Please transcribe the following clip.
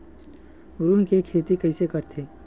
रुई के खेती कइसे करथे?